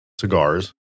cigars